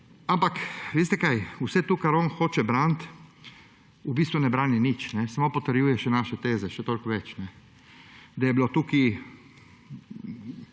kaj? Z vsem tem, kar on hoče braniti, v bistvu ne brani nič, samo potrjuje naše teze še toliko bolj – da je bilo tukaj